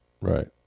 right